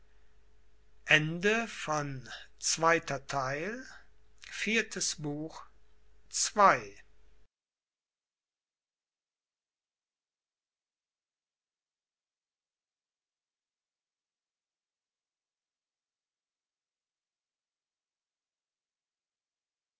herzustellen viertes buch